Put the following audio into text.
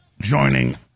joining